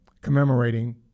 commemorating